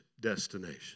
destination